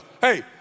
hey